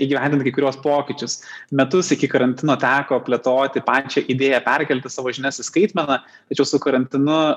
įgyvendint kai kuriuos pokyčius metus iki karantino teko plėtoti pačią idėją perkelti savo žinias į skaitmeną tačiau su karantinu